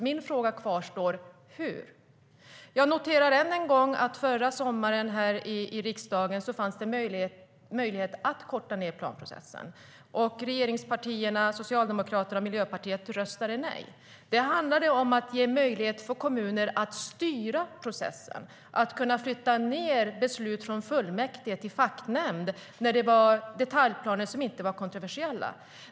Min fråga kvarstår: Hur? Jag noterar än en gång att det förra sommaren, här i riksdagen, fanns möjlighet att korta ned planprocessen. Regeringspartierna, Socialdemokraterna och Miljöpartiet, röstade nej. Det handlade om att ge möjlighet för kommuner att styra processen, att kunna flytta ned beslut från fullmäktige till facknämnd när det var detaljplaner som inte var kontroversiella.